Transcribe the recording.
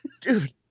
Dude